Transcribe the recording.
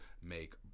make